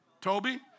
Toby